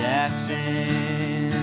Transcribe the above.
Jackson